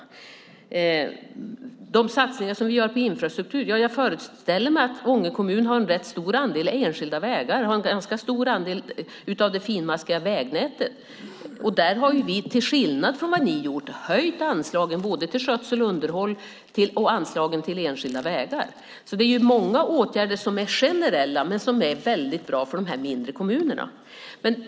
När det gäller de satsningar som vi gör på infrastruktur föreställer jag mig att Ånge kommun har en rätt stor andel enskilda vägar och en ganska stor andel av det finmaskiga vägnätet, och där har vi till skillnad från vad ni har gjort höjt anslagen både till skötsel och underhåll och till enskilda vägar. Det är alltså många åtgärder som är generella men som är väldigt bra för de här mindre kommunerna.